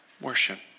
Worship